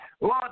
Lord